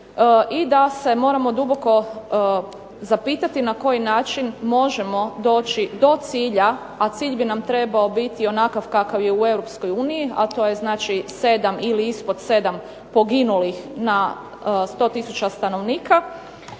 i da se moramo duboko zapitati na koji način možemo doći do cilja, a cilj bi nam trebao biti onakav kakav je u Europskoj uniji, a to je znači sedam ili ispod sedam poginulih na sto tisuća stanovnika.